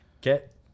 Get